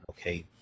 Okay